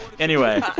anyway.